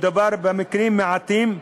מדובר במקרים מעטים,